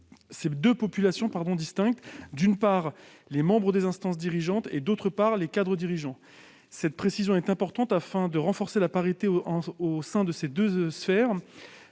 deux populations distinctes, d'une part, les membres des instances dirigeantes, et, d'autre part, les cadres dirigeants. Cette précision est importante en vue de renforcer la parité au sein de ces deux sphères